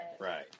Right